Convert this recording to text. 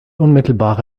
unmittelbare